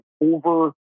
over